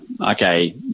okay